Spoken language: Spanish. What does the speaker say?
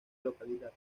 localidad